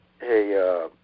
hey